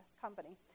company